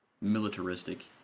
militaristic